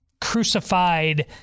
crucified